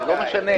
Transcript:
לא משנה.